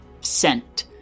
scent